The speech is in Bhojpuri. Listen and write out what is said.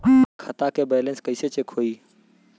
खता के बैलेंस कइसे चेक होई?